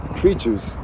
creatures